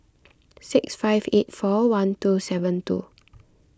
six five eight four one two seven two